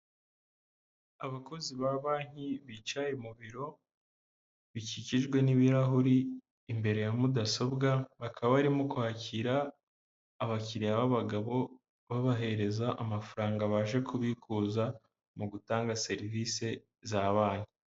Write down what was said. Abakozi ba banki bicaye mu biro, bikikijwe n'ibirahuri imbere ya mudasobwa, bakaba barimo kwakira abakiriya b'abagabo, babahereza amafaranga baje kubikuza mu gutanga serivise za banki.